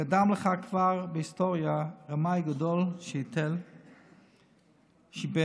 קדם לך כבר בהיסטוריה רמאי גדול שהיתל, שיבש,